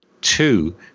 Two